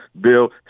bill